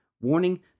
warning